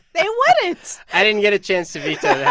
they wouldn't i didn't get a chance to veto that